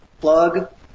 plug